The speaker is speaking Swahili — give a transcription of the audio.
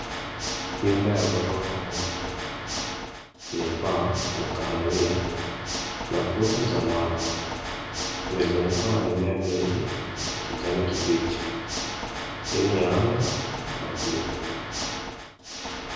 Nyumba ya ghorofa moja yenye paa la kahawia na kuta za mawe. Umezungukwa na mimea mingi ya kijani kibichi, chini ya anga la bluu.